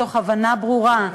מתוך הבנה ברורה,